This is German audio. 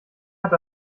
hat